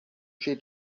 she